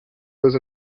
was